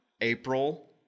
April